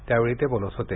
त्यावेळी ते बोलत होते